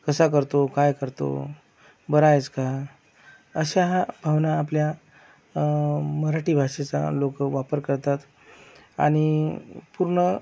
कसा करतो काय करतो बरा आहेस का अश्या हा भावना आपल्या मराठी भाषेचा लोक वापर करतात आणि पूर्ण